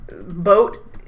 boat